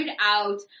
out